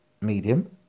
medium